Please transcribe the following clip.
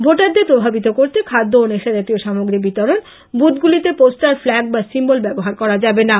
ভোটারদের প্রভাবিত করতে খাদ্য ও নেশাজাতীয় সামগ্রী বিতরণ বুথগুলিতে পোস্টার ফ্ল্যাগ বা সিম্বল ব্যবহার করা যাবেনা